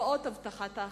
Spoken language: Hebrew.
קצבאות הבטחת ההכנסה,